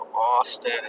Austin